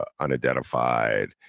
unidentified